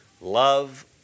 love